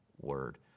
word